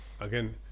Again